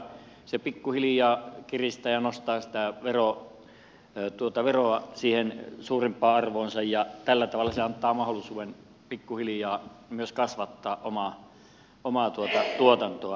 se pikkuhiljaa kiristää ja nostaa sitä veroa siihen suurimpaan arvoonsa ja tällä tavalla se antaa mahdollisuuden pikkuhiljaa myös kasvattaa omaa tuotantoa